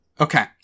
Okay